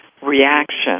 Reaction